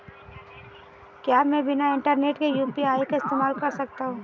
क्या मैं बिना इंटरनेट के यू.पी.आई का इस्तेमाल कर सकता हूं?